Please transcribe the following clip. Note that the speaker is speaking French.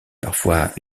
parfois